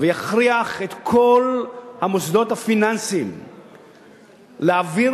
ויכריח את כל המוסדות הפיננסיים להעביר